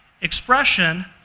expression